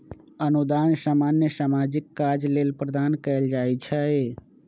अनुदान सामान्य सामाजिक काज लेल प्रदान कएल जाइ छइ